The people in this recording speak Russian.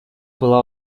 была